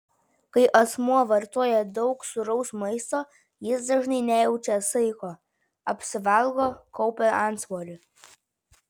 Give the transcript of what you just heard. kai asmuo vartoja daug sūraus maisto jis dažnai nejaučia saiko apsivalgo kaupia antsvorį